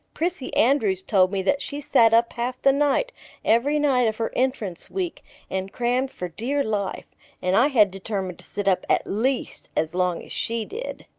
prissy andrews told me that she sat up half the night every night of her entrance week and crammed for dear life and i had determined to sit up at least as long as she did.